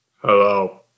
Hello